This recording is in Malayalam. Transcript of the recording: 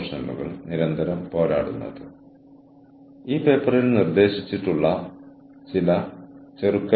ഒരു ജീവനക്കാരൻ എന്ന നിലയിൽ പ്രത്യേകിച്ച് സേവന വ്യവസായത്തിൽ ഞാൻ എവിടെയാണ് വര വരയ്ക്കുക